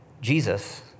Jesus